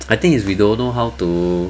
I think it's we don't know how to